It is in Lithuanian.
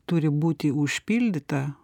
turi būti užpildyta